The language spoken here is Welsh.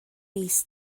mis